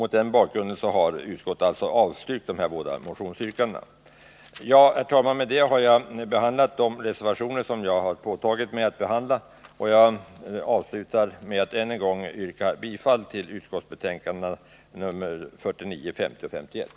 Mot denna bakgrund har utskottet avstyrkt de här två socialdemokratiska motionsyrkandena. Herr talman! Med detta har jag behandlat de reservationer som jag åtagit mig att behandla, och jag avslutar med att än en gång yrka bifall till näringsutskottets hemställan i dess betänkanden nr 49, 50 och 51.